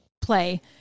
play